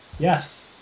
Yes